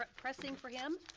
but pressing for him.